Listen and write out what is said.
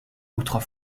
outre